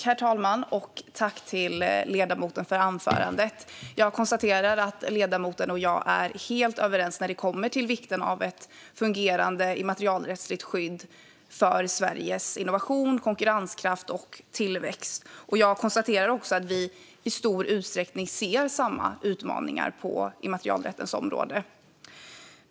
Herr talman! Tack till ledamoten för anförandet! Jag konstaterar att ledamoten och jag är helt överens när det gäller vikten av ett fungerande immaterialrättsligt skydd för Sveriges innovation, konkurrenskraft och tillväxt. Jag konstaterar också att vi i stor utsträckning ser samma utmaningar på immaterialrättens område.